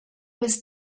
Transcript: was